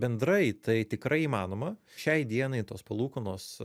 bendrai tai tikrai įmanoma šiai dienai tos palūkanos